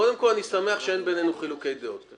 אני שמח שאין בינינו חילוקי דעות.